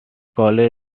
baseball